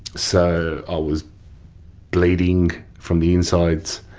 so i was bleeding from the insides,